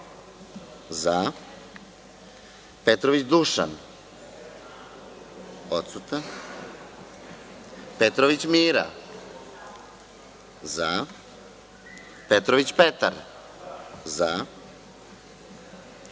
zaPetrović Dušan – odsutanPetrović Mira – zaPetrović Petar –